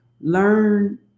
learn